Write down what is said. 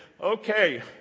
okay